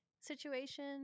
situation